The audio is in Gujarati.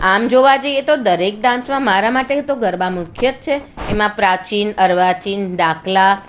આમ જોવા જોઈએ તો દરેક ડાન્સમાં મારા માટે તો ગરબા મુખ્ય જ છે એમાં પ્રાચીન અર્વાચન ડાકલા